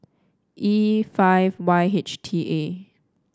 E five Y H T A